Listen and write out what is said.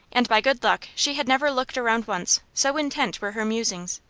and by good luck she had never looked around once, so intent were her musings.